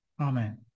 Amen